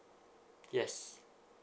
yes